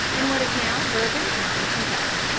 in what is now bourbon county, kentucky.